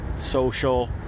social